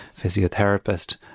physiotherapist